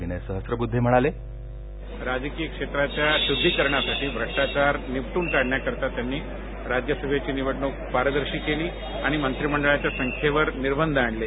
विनय सहस्रबुद्धे म्हणाले राजकीय क्षेञाच्या शुध्दीकरणासाठी भ्रष्टाचार निपटून काढण्यासाठी राज्यसभेची निवडूक त्यांनी पारदर्शी केली आणि मंञीमंडळाच्या संख्येवर निर्बंध आणले